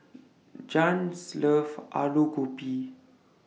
Jann's loves Alu Gobi